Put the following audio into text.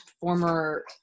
former